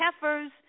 heifers